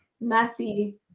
messy